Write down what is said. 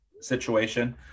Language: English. situation